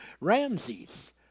Ramses